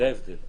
זה ההבדל.